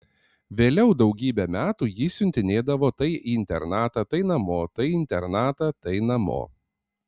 vėliau daugybę metų jį siuntinėdavo tai į internatą tai namo tai į internatą tai namo